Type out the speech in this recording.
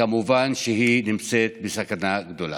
כמובן שהיא נמצאת בסכנה גדולה.